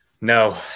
No